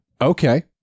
Okay